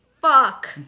fuck